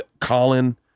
Colin